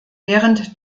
während